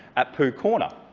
at pooh corner,